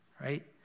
Right